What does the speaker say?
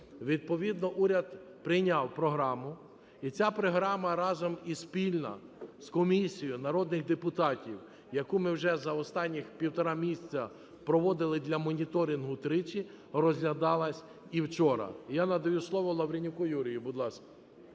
відповідно уряд прийняв програму. І ця програма разом і спільна з комісією народних депутатів, яку ми вже за останніх півтора місяці проводили для моніторингу тричі, розглядалась і вчора. Я надаю слово Лавренюку Юрію. Будь ласка.